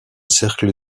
cercle